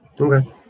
Okay